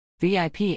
VIP